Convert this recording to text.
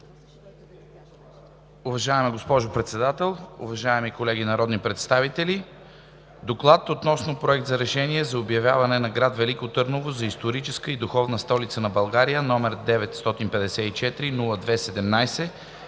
Уважаема госпожо Председател, уважаеми колеги народни представители! „ДОКЛАД относно Проект на решение за обявяване на град Велико Търново за „Историческа и духовна столица на България“, № 954-02-17,